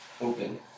open